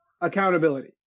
accountability